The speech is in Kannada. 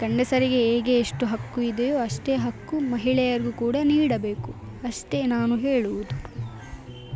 ಗಂಡಸರಿಗೆ ಹೇಗೆ ಎಷ್ಟು ಹಕ್ಕು ಇದೆಯೋ ಅಷ್ಟೇ ಹಕ್ಕು ಮಹಿಳೆಯರಿಗು ಕೂಡ ನೀಡಬೇಕು ಅಷ್ಟೇ ನಾನು ಹೇಳುವುದು